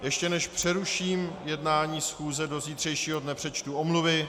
Ještě než přeruším jednání schůze do zítřejšího dne, přečtu omluvy.